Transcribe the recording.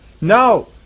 No